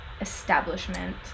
establishment